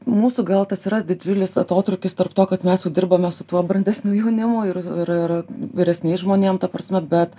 mūsų gal tas yra didžiulis atotrūkis tarp to kad mes dirbame su tuo brandesniu jaunimu ir ir ir vyresniais žmonėm ta prasme bet